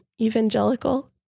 evangelical